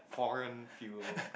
foreign fuel